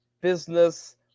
business